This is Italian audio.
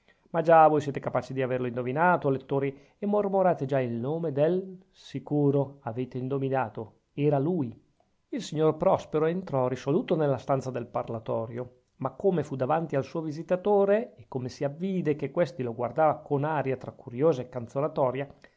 ma già voi siete capaci di averlo indovinato o lettori e mormorate già il nome del sicuro avete indovinato era lui il signor prospero entrò risoluto nella stanza del parlatorio ma come fu davanti al suo visitatore e come si avvide che questi lo guardava con aria tra curiosa e canzonatoria